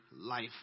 life